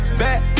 back